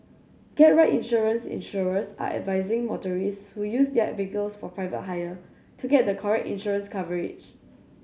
get right insurance Insurers are advising motorists who use their vehicles for private hire to get the correct insurance coverage